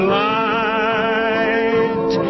light